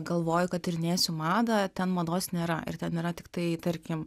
galvoju kad tyrinėsiu madą ten mados nėra ir ten yra tiktai tarkim